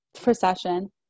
procession